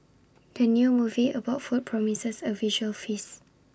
the new movie about food promises A visual feast